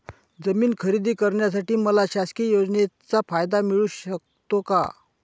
जमीन खरेदी करण्यासाठी मला शासकीय योजनेचा फायदा मिळू शकतो का?